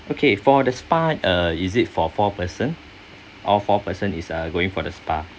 okay for the spa uh is it for four person all four person is uh going for the spa